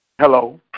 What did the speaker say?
Hello